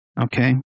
okay